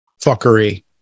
fuckery